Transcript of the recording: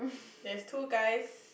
there's two guys